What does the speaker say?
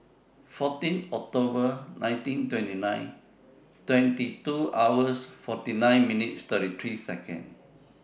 fourteen October nineteen twenty nine twenty two hours forty nine minutes and thirty three Seconds